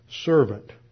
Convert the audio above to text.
servant